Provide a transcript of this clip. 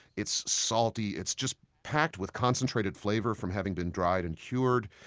it's salty, it's just packed with concentrated flavor from having been dried and cured.